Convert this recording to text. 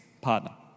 partner